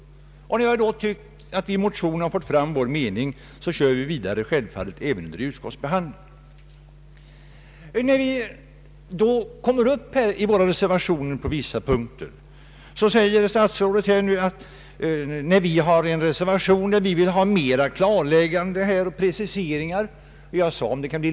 När vi funnit att vi i motionen har fått fram vår mening, så kör vi naturligtvis vidare under utskottsbehandlingen. I en av våra reservationer önskar vi bättre klarläggande och preciserande på vissa punkter.